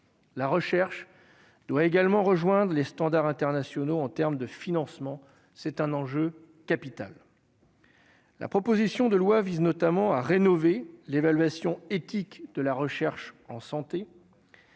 la recherche doit également Rejoindre les standards internationaux en termes de financement, c'est un enjeu capital. La proposition de loi vise notamment à rénover l'évaluation éthique de la recherche en santé,